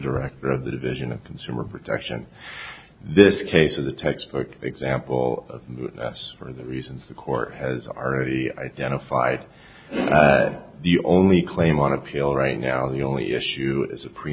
director of the division of consumer protection this case of the textbook example of this for the reasons the court has already identified the only claim on appeal right now the only issue is a pre